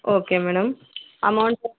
okay madam amount